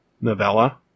novella